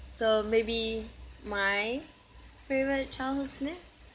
so maybe my favourite childhood snack